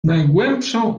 najgłębszą